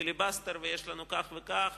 פיליבסטר, ויש לנו כך וכך